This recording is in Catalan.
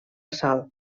sal